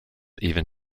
even